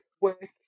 work